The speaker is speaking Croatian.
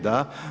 Da.